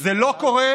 זה לא קורה